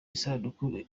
isanduku